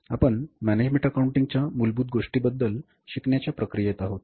तर आपण management accounting च्या मूलभूत गोष्टींबद्दल शिकण्याच्या प्रक्रियेत आहोत